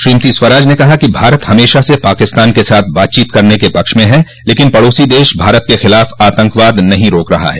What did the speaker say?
श्रीमती स्वराज ने कहा कि भारत हमेशा से पाकिस्तान के साथ बातचीत करने के पक्ष में है लेकिन पड़ोसी देश भारत के खिलाफ आतंकवाद नहीं रोक रहा है